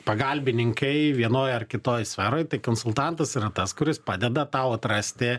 pagalbininkai vienoj ar kitoj sferoj tai konsultantas yra tas kuris padeda tau atrasti